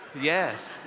Yes